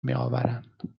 میآورند